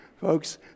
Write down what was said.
Folks